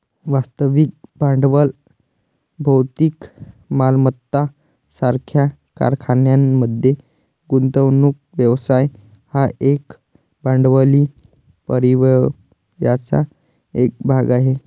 वास्तविक भांडवल भौतिक मालमत्ता सारख्या कारखान्यांमध्ये गुंतवणूक व्यवसाय हा एकूण भांडवली परिव्ययाचा एक भाग आहे